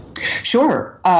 Sure